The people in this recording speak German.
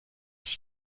sich